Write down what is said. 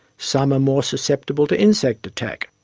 some are more susceptible to insect attack.